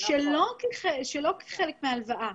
לא כחלק מהלוואה.